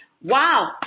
Wow